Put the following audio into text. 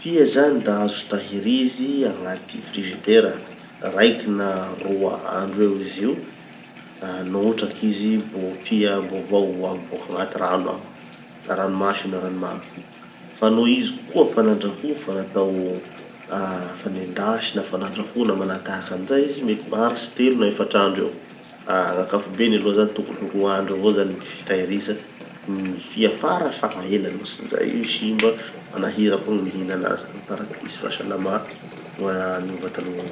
Gny fia zany da azo tahirizy agnaty frizidera raiky na roa andro eo izy io, no hotraky izy mbo fia mbo vao avy boka agnaty rano agny, na ranomasy io na ranomamy. Fa no izy koa fa nandraho fa natao, ah fa nendasy na fa nandrahona manahatahaky anizay izy mety maharitsy telo na efatsy andro eo. Fa gn'ankapobeny aloha zany tokony ho roa andro avao zany gny fitahiriza gny fia farafahaelany no tsy zay io simba, manahira koa gny mihina anazy, ka mitariky tsy fahasalamà amy gny vatan'ny gn'olo.